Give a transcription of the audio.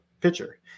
pitcher